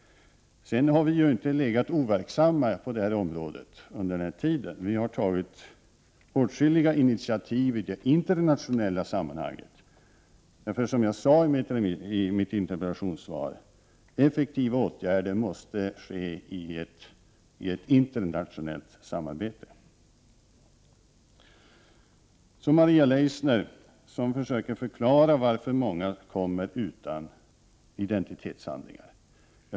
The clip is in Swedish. Vi i regeringen har under denna tid inte varit overksamma. Vi har tagit åtskilliga initiativ i det internationella sammanhanget. Som jag sade i mitt interpellationssvar måste effektiva åtgärder vidtas genom ett internationellt samarbete. Maria Leissner försöker förklara varför många asylsökande kommer till Sverige utan identitetshandlingar.